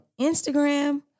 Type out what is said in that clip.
Instagram